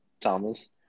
Thomas